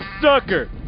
sucker